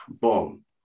boom